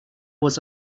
was